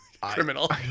criminal